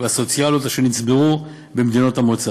והסוציאליות אשר נצברו במדינות המוצא.